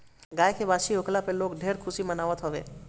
गाई के बाछी होखला पे लोग ढेर खुशी मनावत हवे